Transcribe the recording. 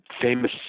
Famous